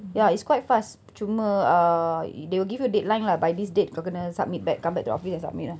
ya it's quite fast cuma uh they will give you a deadline lah by this date kau kena submit back come back to the office and submit ah